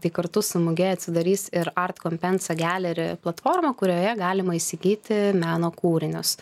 tai kartu su muge atsidarys ir art compensa gallery platforma kurioje galima įsigyti meno kūrinius